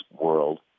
world